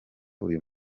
uyu